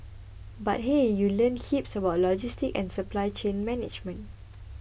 but hey you learn heaps about logistics and supply chain management